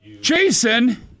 Jason